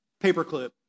paperclip